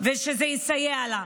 ושזה יסייע לה.